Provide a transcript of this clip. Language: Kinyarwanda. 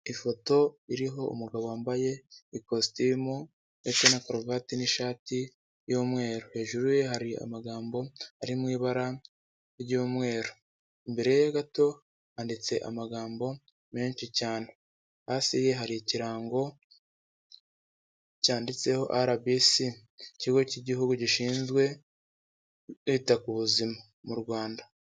Ifoto iriho umugabo wambaye ikositimu ndetse na karuvati n'ishati y'umweru hejuru ye hari amagambo ari mu ibara ry'umweru imbere gato handitse amagambo menshi cyane hasi hari ikirango cyanditseho Arabisi ikigo cy'igihugu gishinzwe kwita ku buzima mu Rwanda.